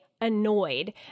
annoyed